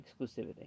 exclusivity